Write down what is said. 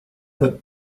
that